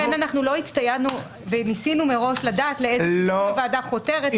לכן אנחנו לא הצטיידנו וניסינו מראש לדעת לאיזה כיוון הוועדה חותרת